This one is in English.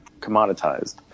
Commoditized